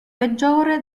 peggiore